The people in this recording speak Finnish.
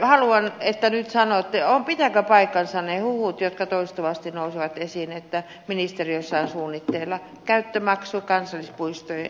haluan että nyt sanotte pitävätkö paikkansa ne huhut jotka toistuvasti nousevat esiin että ministeriössä on suunnitteilla käyttömaksu kansallispuistojen osalta